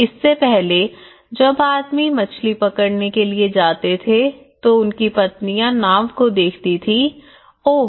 इससे पहले जब आदमी मछली पकड़ने के लिए जाते थे तो उनकी पत्नियां नाव को देखती थी ओह